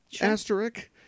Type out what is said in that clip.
asterisk